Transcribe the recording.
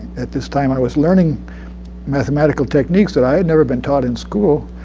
at this time i was learning mathematical techniques that i had never been taught in school.